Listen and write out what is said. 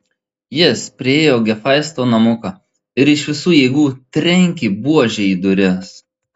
jis priėjo hefaisto namuką ir iš visų jėgų trenkė buože į duris